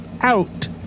out